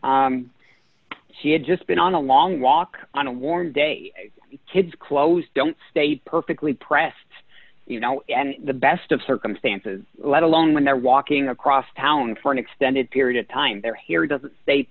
home she had just been on a long walk on a warm day kids clothes don't stay perfectly pressed you know and the best of circumstances let alone when they're walking across town for an extended period of time their hair doesn't